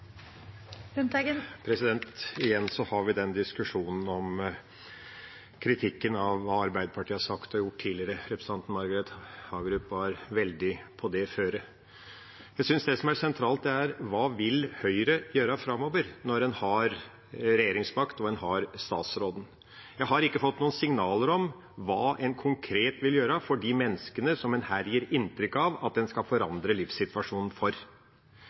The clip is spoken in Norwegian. budsjetter. Igjen har vi diskusjonen om kritikken av hva Arbeiderpartiet har sagt og gjort tidligere. Representanten Margret Hagerup var veldig på det. Jeg synes det som er sentralt, er hva Høyre vil gjøre framover, når en har regjeringsmakten og en har statsråden. Jeg har ikke fått noen signaler om hva en konkret vil gjøre for de menneskene som en her gir inntrykk av at en skal forandre livssituasjonen for.